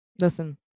listen